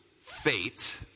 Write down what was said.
fate